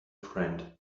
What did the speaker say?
friend